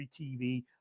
TV